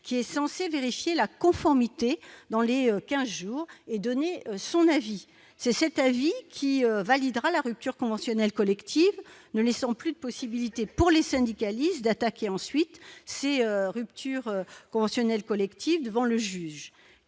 qui est censé vérifier la conformité dans les 15 jours et donner son avis, c'est cet avis qui validera la rupture conventionnelle collective ne laissant plus de possibilités pour les syndicalistes d'attaquer ensuite ces ruptures conventionnelles collectives devant le juge